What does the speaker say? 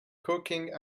cooking